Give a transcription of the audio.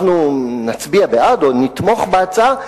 אנחנו נצביע בעד או נתמוך בהצעה,